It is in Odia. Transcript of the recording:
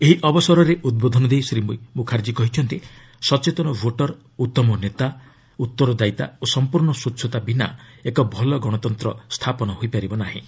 ଏହି ଅବସରରେ ଉଦ୍ବୋଧନ ଦେଇ ଶ୍ରୀ ମୁଖାର୍ଚ୍ଚୀ କହିଛନ୍ତି ସଚେତନ ଭୋଟର୍ ଉତ୍ତମ ନେତା ଉତ୍ତରଦାୟିତା ଓ ସମ୍ପର୍ଣ୍ଣ ସ୍ୱଚ୍ଛତା ବିନା ଏକ ଭଲ ଗଣତନ୍ତ ସ୍ଥାପନ ହୋଇପାରିବ ନାହିଁ